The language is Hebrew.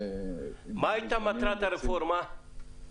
מה הייתה מטרת הרפורמה?